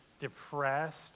depressed